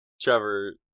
Trevor